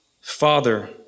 Father